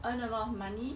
earn a lot of money